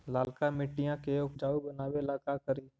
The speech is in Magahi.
लालका मिट्टियां के उपजाऊ बनावे ला का करी?